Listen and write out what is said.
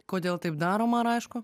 kodėl taip daroma ar aišku